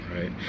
right